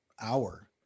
hour